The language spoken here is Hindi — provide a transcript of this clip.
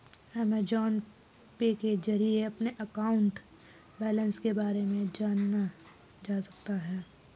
अमेजॉन पे के जरिए अपने अकाउंट बैलेंस के बारे में जाना जा सकता है